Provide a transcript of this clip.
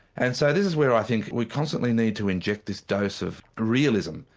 and so this is where i think we constantly need to inject this dose of realism,